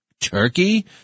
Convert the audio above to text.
Turkey